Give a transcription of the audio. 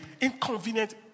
inconvenient